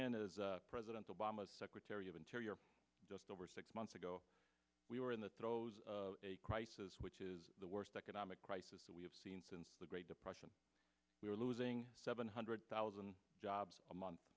in as president obama's secretary of interior just over six months ago we were in the throes of a crisis which is the worst economic crisis that we have seen since the great depression we were losing seven hundred thousand jobs a month